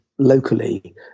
locally